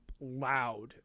loud